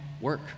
work